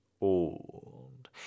old